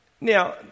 Now